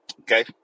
okay